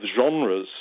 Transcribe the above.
genres